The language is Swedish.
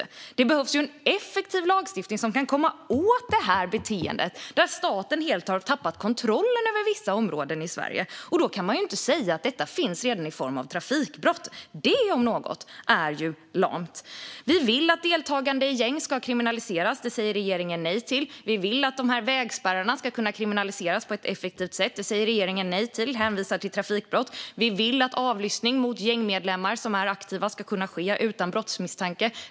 Det behövs en effektiv lagstiftning som kan komma åt det här beteendet, där staten helt har tappat kontrollen. Då kan man inte säga att detta redan finns i form av trafikbrott. Det, om något, är lamt. Vi vill att deltagande i gäng ska kriminaliseras. Det säger regeringen nej till. Vi vill att de här vägspärrarna ska kunna kriminaliseras på ett effektivt sätt. Det säger regeringen nej till och hänvisar till trafikbrottslagstiftning. Vi vill att avlyssning mot gängmedlemmar som är aktiva ska kunna ske utan brottsmisstanke.